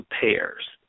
pairs